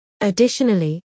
Additionally